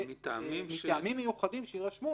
מטעמים מיוחדים שיירשמו,